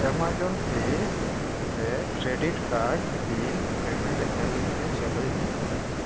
Amazon pay ᱨᱮ credit card bill payment ᱧᱮᱞᱛᱮ ᱪᱟᱹᱞᱩᱭ ᱢᱮ